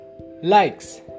likes